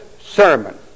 sermon